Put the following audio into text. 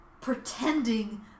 pretending